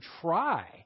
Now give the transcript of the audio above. try